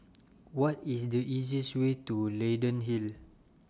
What IS The easiest Way to Leyden Hill